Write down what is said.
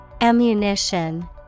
Ammunition